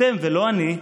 אתם ולא אני.